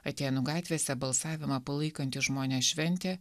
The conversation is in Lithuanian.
atėnų gatvėse balsavimą palaikantys žmonės šventė